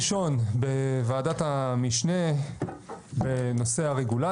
ברוכים הבאים בעצם לדיון הראשון בוועדת המשנה בנושא הרגולציה.